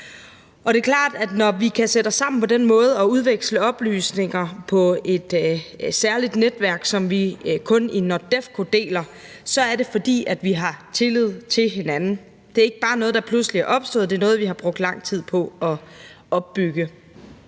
Det er klart, at når vi kan sætte os sammen på den måde og udveksle oplysninger i et særligt netværk, som vi kun i NORDEFCO deler, så er det, fordi vi har tillid til hinanden. Det er ikke bare noget, der pludselig er opstået; det er noget, vi har brugt lang tid på at opbygge.